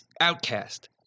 Outcast